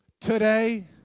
today